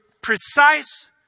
precise